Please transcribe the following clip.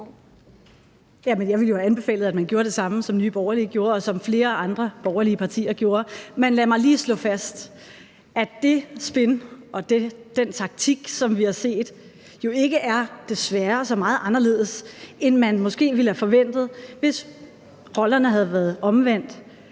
Jeg ville jo have anbefalet, at man havde gjort det samme, som Nye Borgerlige gjorde, og som flere andre borgerlige partier gjorde. Men lad mig lige slå fast, at det spin og den taktik, som vi har set, jo desværre ikke er så meget anderledes, end man måske ville have forventet, hvis rollerne havde været byttet